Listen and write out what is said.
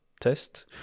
test